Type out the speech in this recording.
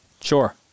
Sure